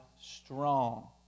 strong